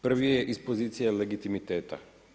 Prije iz pozicije legitimiteta.